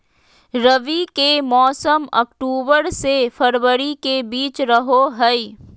रबी के मौसम अक्टूबर से फरवरी के बीच रहो हइ